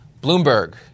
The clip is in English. Bloomberg